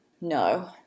no